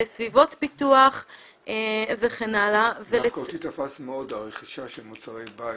לסביבות פיתוח וכן הלאה ו --- אותי תפס מאוד הרכישה של מוצרי בית.